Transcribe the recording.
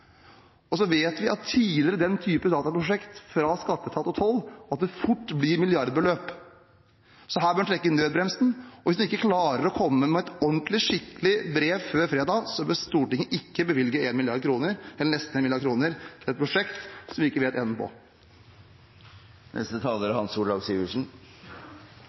milliardbeløp. Så her bør en trekke i nødbremsen, og hvis en ikke klarer å komme med et ordentlig, skikkelig brev før fredag, bør Stortinget ikke bevilge nesten én mrd. kr til et prosjekt som vi ikke vet enden på. Et par kommentarer til det som er